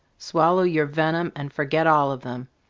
swallow your venom, and forget all of them.